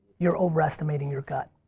you're overestimating your gut.